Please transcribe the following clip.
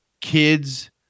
kids